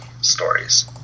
stories